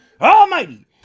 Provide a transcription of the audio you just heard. almighty